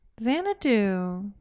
Xanadu